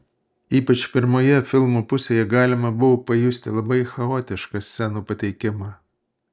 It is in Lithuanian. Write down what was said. ypač pirmoje filmo pusėje galima buvo pajusti labai chaotišką scenų pateikimą